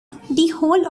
whole